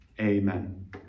Amen